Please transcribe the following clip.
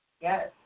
Yes